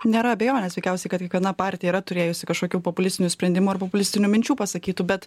nėra abejonės veikiausiai kad kiekviena partija yra turėjusi kažkokių populistinių sprendimų ar populistinių minčių pasakytų bet